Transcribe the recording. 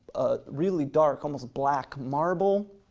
really dark, almost black marble